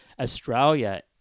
Australia